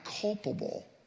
culpable